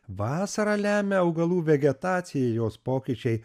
vasara lemia augalų vegetacijai jos pokyčiai